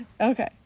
Okay